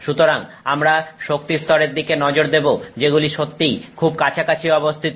সুতরাং আমরা শক্তিস্তরের দিকে নজর দেবো যেগুলো সত্যিই খুবই কাছাকাছি অবস্থিত